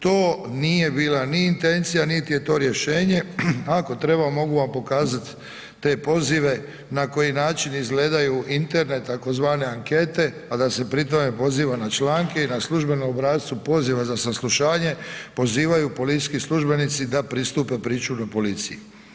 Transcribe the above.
To nije bila ni intencija, niti je to rješenje, ako treba mogu vam pokazat te pozive, na koji način izgledaju interne tzv. ankete, a da se pri tome poziva na članke i na službenom obrascu poziva za saslušanje, pozivaju policijski službenici da pristupe pričuvnoj policiji.